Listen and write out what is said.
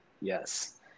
Yes